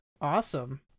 Awesome